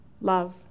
love